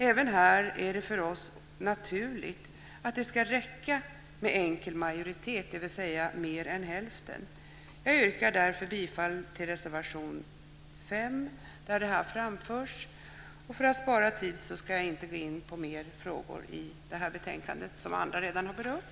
Även här är det för oss naturligt att det ska räcka med enkel majoritet, dvs. mer än hälften. Jag yrkar därför bifall till reservation 5 där detta framförs. För att spara tid ska jag inte gå in på fler frågor i det här betänkandet som andra redan har berört.